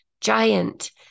giant